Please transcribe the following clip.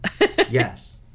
Yes